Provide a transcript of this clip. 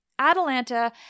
Atalanta